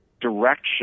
direction